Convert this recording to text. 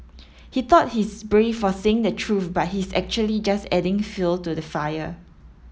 he thought he's brave for saying the truth but he's actually just adding fuel to the fire